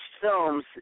films